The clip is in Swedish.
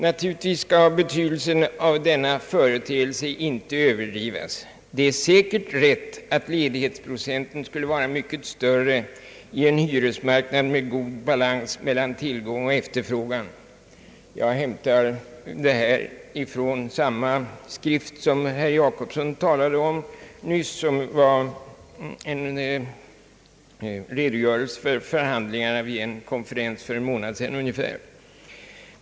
Naturligtvis skall betydelsen av denna företeelse inte överdrivas. Det är säkert riktigt att ledighetsprocenten skulle vara mycket större i en hyresmarknad med god balans mellan tillgång och efterfrågan; jag hämtar detta omdöme från samma skrift som herr Jacobsson nyss talade om, en redogörelse för förhandlingarna vid en konferens för ungefär en månad sedan.